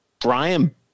Brian